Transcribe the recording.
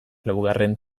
laugarren